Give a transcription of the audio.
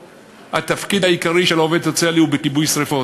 התפקיד העיקרי של עובד סוציאלי הוא כיבוי שרפות.